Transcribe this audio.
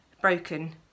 broken